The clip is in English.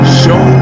show